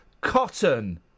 Cotton